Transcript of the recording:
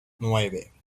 nueve